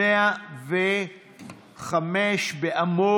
105 בעמ'